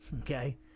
Okay